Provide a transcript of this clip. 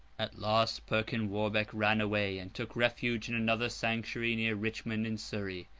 at last perkin warbeck ran away, and took refuge in another sanctuary near richmond in surrey.